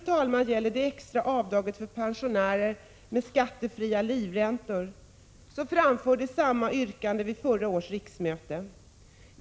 När det gäller det extra avdraget för pensionärer med skattefria livräntor, vill jag framhålla att samma yrkande framställdes vid förra riksmötet.